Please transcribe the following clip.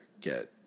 get